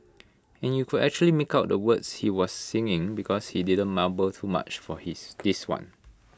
and you could actually make out the words he was singing because he didn't mumble too much for his this one